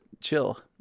chill